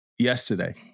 Yesterday